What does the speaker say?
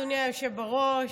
אדוני היושב בראש,